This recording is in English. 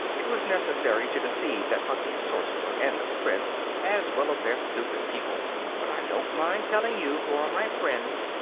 it was necessary to deceive that ugly sorcerer and the prince, as well as their stupid people but i don't mind telling you, who are my friends,